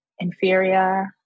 inferior